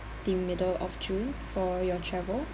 the middle of june for your travel